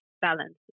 balance